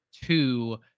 two